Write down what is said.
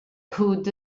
could